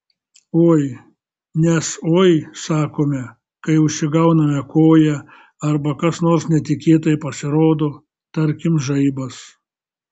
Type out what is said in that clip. oi nes oi sakome kai užsigauname koją arba kas nors netikėtai pasirodo tarkim žaibas